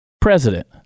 president